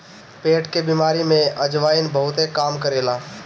पेट के बेमारी में अजवाईन बहुते काम करेला